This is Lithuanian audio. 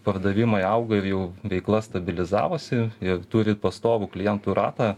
pardavimai auga ir jau veikla stabilizavosi ir turit pastovų klientų ratą